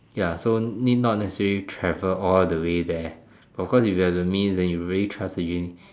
ya so need not necessary travel all the way there of course if you have the means you really trust again